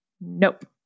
nope